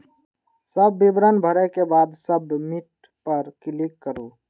सब विवरण भरै के बाद सबमिट पर क्लिक करू